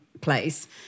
place